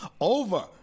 over